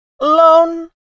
alone